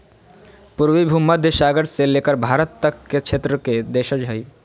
पूर्वी भूमध्य सागर से लेकर भारत तक के क्षेत्र के देशज हइ